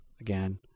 again